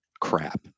crap